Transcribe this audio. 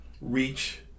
reach